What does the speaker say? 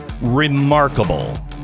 Remarkable